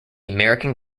american